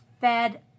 Fed